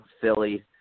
Philly